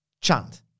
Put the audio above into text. chant